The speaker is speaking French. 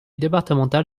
départemental